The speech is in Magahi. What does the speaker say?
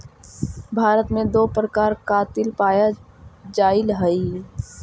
भारत में दो प्रकार कातिल पाया जाईल हई